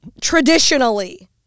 Traditionally